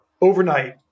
overnight